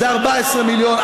זה 14 מיליון,